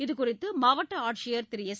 இதுகுறித்து மாவட்ட ஆட்சியர் திருஎஸ்